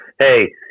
hey